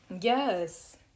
Yes